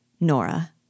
Nora